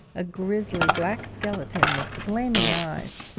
a grizzly black skeleton with flaming eyes,